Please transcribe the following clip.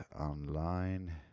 online